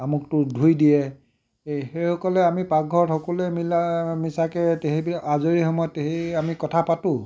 আমুকটো ধুই দিয়ে এই সেইসকলে আমি পাকঘৰত সকলোৱে মিলামিচাকৈ সেইবিলাক আজৰি সময়ত সেই আমি কথা পাতোঁ